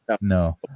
No